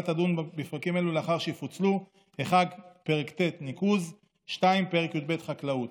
תדון בפרקים אלה לאחר שיפוצלו: 1. פרק ט' (ניקוז); 2. פרק י"ב (חקלאות).